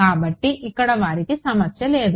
కాబట్టి ఇక్కడ వారికి సమస్య లేదు